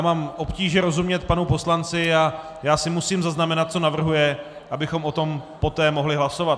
Mám obtíže rozumět panu poslanci a já si musím zaznamenat, co navrhuje, abychom o tom poté mohli hlasovat.